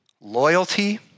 Loyalty